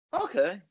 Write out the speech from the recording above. Okay